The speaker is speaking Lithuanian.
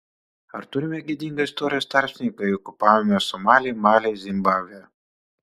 ar turime gėdingą istorijos tarpsnį kai okupavome somalį malį zimbabvę